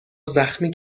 زخمی